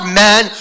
man